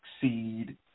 succeed